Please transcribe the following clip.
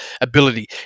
ability